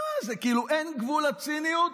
מה זה, כאילו, אין גבול לציניות?